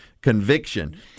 conviction